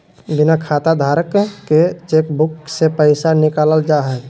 बिना खाताधारक के चेकबुक से पैसा निकालल जा हइ